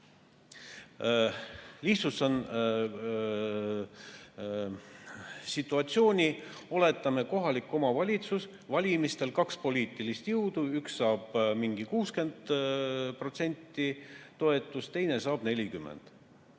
Lihtsustan situatsiooni. Oletame, et kohaliku omavalitsuse valimistel on kaks poliitilist jõudu, üks saab 60% toetust, teine saab 40%.